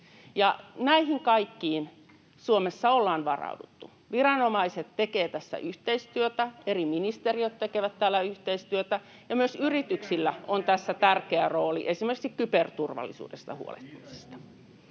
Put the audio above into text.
näihin kaikkiin Suomessa ollaan varauduttu. Viranomaiset tekevät tässä yhteistyötä, eri ministeriöt tekevät täällä yhteistyötä, ja myös yrityksillä on tässä tärkeä rooli, esimerkiksi kyberturvallisuudesta huolehtimisessa.